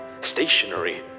stationary